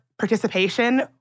participation